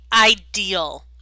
ideal